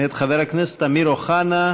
מאת חבר הכנסת אמיר אוחנה.